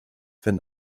wenn